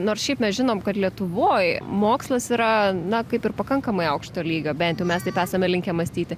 nors šiaip mes žinom kad lietuvoj mokslas yra na kaip ir pakankamai aukšto lygio bent mes taip esame linkę mąstyti